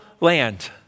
land